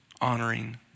honoring